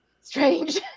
strange